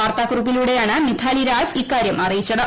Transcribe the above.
വാർത്തക്കുറിപ്പിലൂടെയാണ് മിത്താലി രാജ് ഇൌ കാര്യം അറിയിച്ചത്